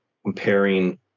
Comparing